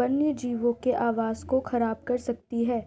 वन्यजीवों के आवास को ख़राब कर सकती है